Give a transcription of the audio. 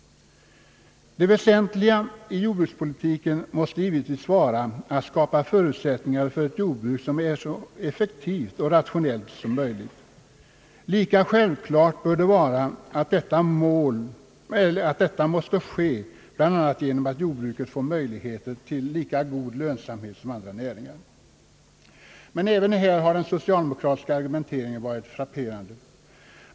Det väsentliga i jordbrukspolitiken måste givetvis vara att skapa förutsättningar för ett jordbruk som är så effektivt och rationellt som möjligt. Lika självklart bör det vara att detta måste ske bl.a. genom att jordbruket får möjligheter till lika god lönsamhet som andra näringar. Men även här har den socialdemokratiska argumenteringen varit frapperande.